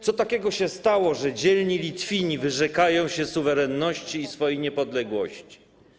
Co takiego się stało, że dzielni Litwini wyrzekają się suwerenności i swojej niepodległości?